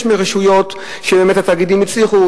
יש רשויות שבאמת התאגידים בהן הצליחו,